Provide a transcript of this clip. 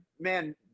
man